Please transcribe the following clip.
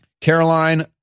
Caroline